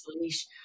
leash